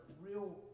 real